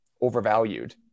overvalued